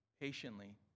patiently